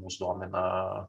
mus domina